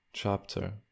chapter